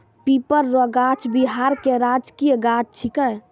पीपर रो गाछ बिहार के राजकीय गाछ छिकै